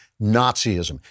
Nazism